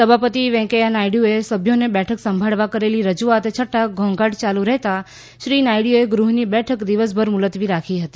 સભાપતિ વૈંકેયાહ નાયડુએ સભ્યોને બેઠક સંભાળવા કરેલી રજૂઆત છતાં ઘોંઘાટ યાલુ રહેતાં શ્રી નાયડુએ ગૃહની બેઠક દિવસભર મુલતવી રાખી હતી